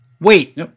Wait